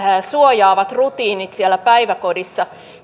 suojaavien rutiinien merkitys siellä päiväkodissa